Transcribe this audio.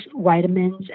vitamins